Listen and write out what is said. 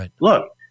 Look